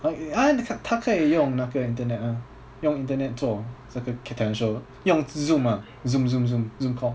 ah 她她可以用那个 internet ah 用 internet 做这个 talent show 用 zoom ah zoom zoom zoom zoom call